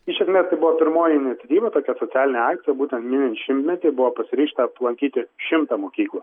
iš esmės tai buvo pirmoji iniciatyva tokia socialinė akcija būtent minint šimtmetį buvo pasiryžta aplankyti šimtą mokyklų